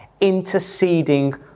interceding